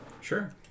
Sure